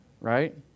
Right